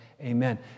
Amen